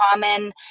common